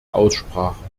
aussprache